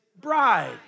bride